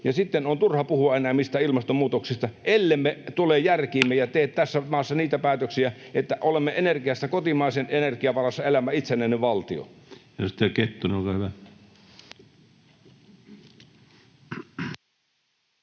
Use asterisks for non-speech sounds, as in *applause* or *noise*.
ja sitten on turha puhua enää mistään ilmastonmuutoksesta, *noise* ellemme tule järkiimme ja tee tässä maassa niitä päätöksiä, että olemme energiassa kotimaisen energian varassa elävä itsenäinen valtio.